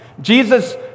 Jesus